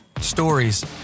Stories